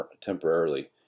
temporarily